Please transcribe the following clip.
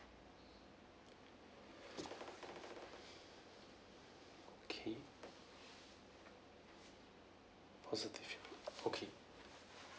okay positive feedback okay